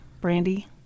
Brandy